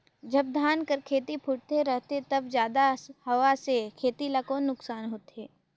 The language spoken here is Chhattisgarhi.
जब धान कर खेती फुटथे रहथे तब जादा हवा से खेती ला कौन नुकसान होथे?